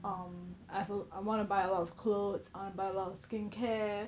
um I've a I want to buy a lot of clothes I want to buy a lot of skincare